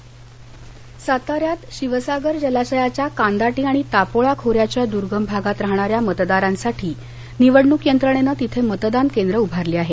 सातारा साताऱ्यात शिवसागर जलाशयाच्या कांदाटी आणि तापोळा खोऱ्याच्या दूर्णम भागात राहणाऱ्या मतदारांसाठी निवडणुक यंत्रणेनं तिथे मतदान केंद्र उभारली आहेत